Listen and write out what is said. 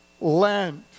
Lent